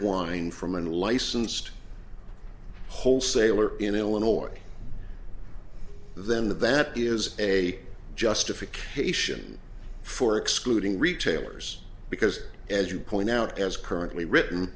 wine from unlicensed wholesaler in illinois then that that is a justification for excluding retailers because as you point out as currently